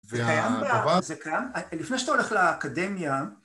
זה קיים? לפני שאתה הולך לאקדמיה...